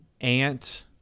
Ant